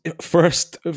first